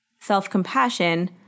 self-compassion